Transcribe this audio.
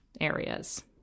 areas